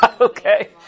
Okay